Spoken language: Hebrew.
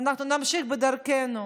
ואנחנו נמשיך בדרכנו.